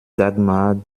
dagmar